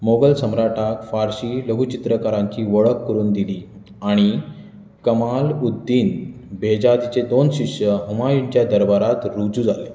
मोगल सम्राटाक फारशी लघुचित्रकारांची वळख करून दिली आणी कमाल उद दीन बेहजादीचे दोन शिक्षय हुमायुच्या दरबारांत रुजू जाले